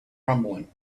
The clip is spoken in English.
rumbling